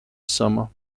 summer